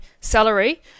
salary